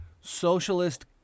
socialist